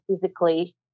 physically